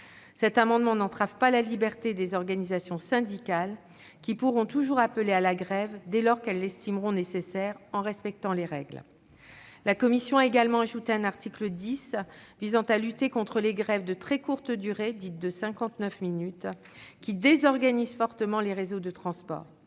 Cette mesure n'entrave pas la liberté des organisations syndicales, qui pourront toujours appeler à la grève dès lors qu'elles l'estimeront nécessaire, en respectant les règles. La commission a également ajouté un article 10 visant à lutter contre les grèves de très courte durée, dites « de 59 minutes », qui désorganisent fortement les réseaux de transport.